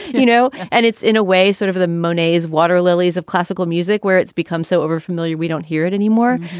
you know, and it's in a way, sort of the monets water lilies of classical music where it's become so overfamiliar we don't hear it anymore,